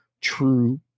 true